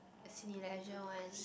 Cineleisure ones